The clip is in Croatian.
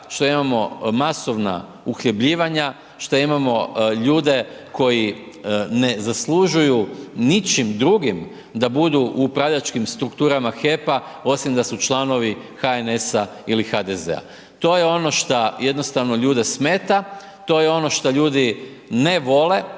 što imamo masovna uhljebljivanja, što imamo ljude koji ne zaslužuju ničim drugim da budu u upravljačkim strukturama HEP—a, osim da su HNS-a ili HDZ-a. To je ono što jednostavno ljude smeta, to je ono što ljudi ne vole